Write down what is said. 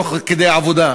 תוך כדי עבודה.